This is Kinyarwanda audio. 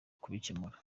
kubikemura